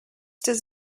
does